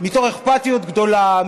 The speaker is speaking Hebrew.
מתוך אכפתיות גדולה,